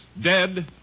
Dead